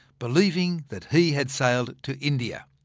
believing that he had sailed to india.